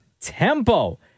Tempo